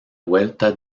vuelta